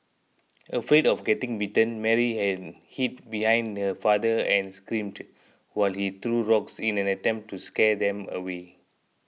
afraid of getting bitten Mary hid he behind her father and screamed while he threw rocks in an attempt to scare them away